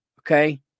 okay